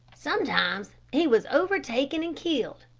sometimes he was overtaken and killed,